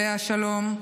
עליה השלום,